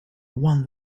one